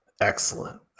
Excellent